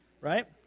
Right